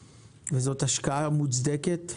השקעה, שהיא השקעה מוצדקת.